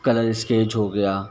colour स्केज हो गया